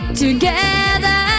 together